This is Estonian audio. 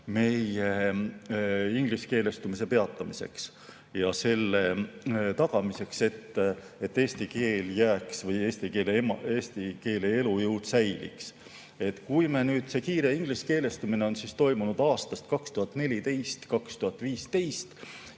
meie ingliskeelestumise peatamiseks ega selle tagamiseks, et eesti keel jääb, et eesti keele elujõud säilib. See kiire ingliskeelestumine on toimunud aastatest 2014–2015